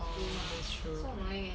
oh that's true